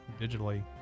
digitally